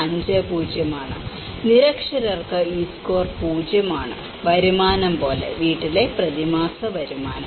50 ആണ് നിരക്ഷരർക്ക് ഈ സ്കോർ 0 ആണ് വരുമാനം പോലെ വീട്ടിലെ പ്രതിമാസ വരുമാനം